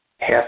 Half